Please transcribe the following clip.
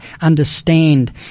understand